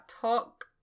talk